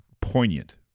poignant